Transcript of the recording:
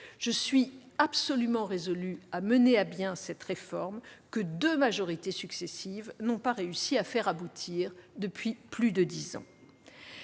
Je suis absolument résolue à mener à bien cette réforme que deux majorités successives n'ont pas réussi à faire aboutir depuis plus de dix ans.